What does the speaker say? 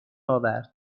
آورد